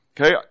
okay